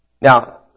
Now